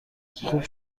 خوب